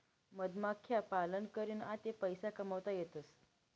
मधमाख्या पालन करीन आते पैसा कमावता येतसं